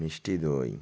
মিষ্টি দই